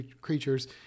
creatures